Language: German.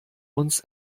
uns